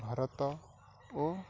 Bharat ଓ